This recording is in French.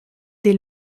des